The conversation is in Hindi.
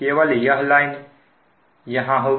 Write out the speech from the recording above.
केवल यह लाइन यहां होगी